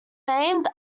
named